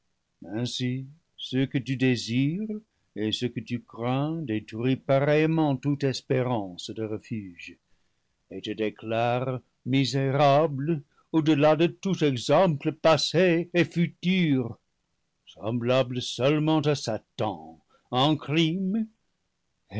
ainsi ce que tu désires et ce que tu crains détruit pareillement toute espérance de refuge et te déclare misérable au dela de tout exemple passé et futur semblable seulement à satan en crime